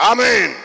Amen